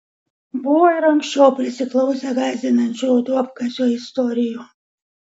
buvo ir anksčiau prisiklausę gąsdinančių duobkasio istorijų